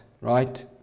right